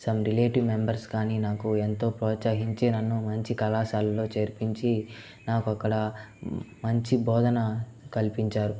some relative members కానీ నాకు ఎంతో ప్రోత్సాహించి నన్ను మంచి కళాశాల్లో చేర్పించి నాకు అక్కడ మంచి బోధన కల్పించారు